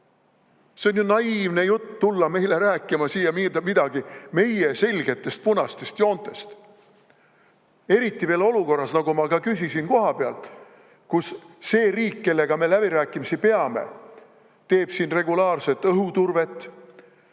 on ju naiivne jutt, tulla meile rääkima siin midagi meie selgetest punastest joontest. Eriti veel olukorras – ma märkisin seda ka koha pealt küsides –, kus see riik, kellega me läbirääkimisi peame, teeb siin regulaarset õhuturvet,